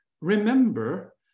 remember